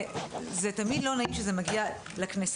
זה תמיד לא נעים כשזה מגיע לכנסת,